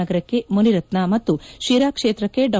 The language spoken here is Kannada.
ನಗರಕ್ಕೆ ಮುನಿರತ್ನ ಮತ್ತು ಶಿರಾ ಕ್ಷೇತ್ರಕ್ಕ ಡಾ